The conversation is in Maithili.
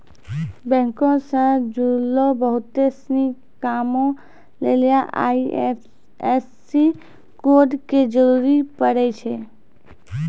बैंको से जुड़लो बहुते सिनी कामो लेली आई.एफ.एस.सी कोड के जरूरी पड़ै छै